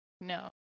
no